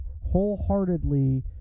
wholeheartedly